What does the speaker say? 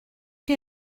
que